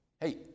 hey